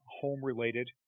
home-related